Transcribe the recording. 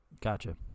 Gotcha